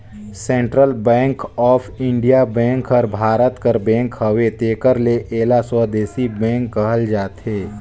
central bank of India bank हर भारत कर बेंक हवे तेकर ले एला स्वदेसी बेंक कहल जाथे